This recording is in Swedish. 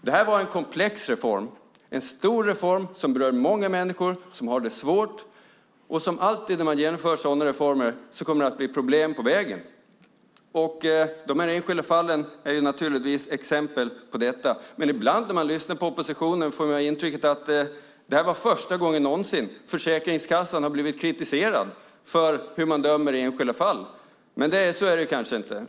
Det här var en komplex reform, en stor reform som berörde många människor som har det svårt. Som alltid när man genomför sådana reformer kommer det att bli problem på vägen. De enskilda fallen är naturligtvis exempel på detta. Men ibland när man lyssnar på oppositionen får man intrycket att det här var första gången någonsin som Försäkringskassan har blivit kritiserad för hur man dömer i enskilda fall. Så är det kanske inte.